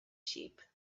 sheep